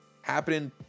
happening